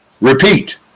repeat